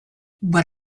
but